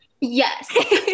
Yes